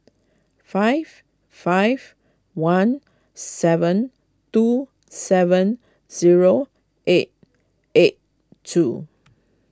five five one seven two seven zero eight eight two